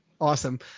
Awesome